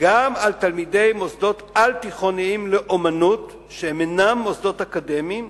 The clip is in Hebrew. גם על תלמידי מוסדות על-תיכוניים לאמנות שהם אינם מוסדות אקדמיים,